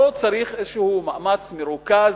פה צריך איזה מאמץ מורכב,